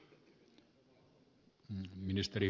arvoisa puhemies